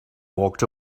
walked